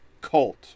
cult